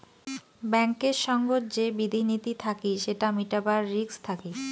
ব্যাঙ্কেত সঙ্গত যে বিধি নীতি থাকি সেটা মিটাবার রিস্ক থাকি